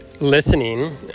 listening